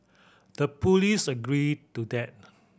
the police agreed to that